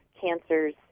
cancers